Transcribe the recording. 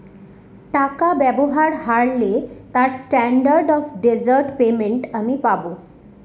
টাকা ব্যবহার হারলে তার স্ট্যান্ডার্ড অফ ডেজার্ট পেমেন্ট আমি পাব